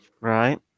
Right